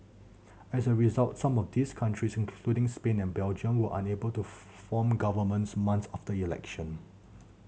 as a result some of these countries including Spain and Belgium were unable to form governments months after election